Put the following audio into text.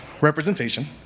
representation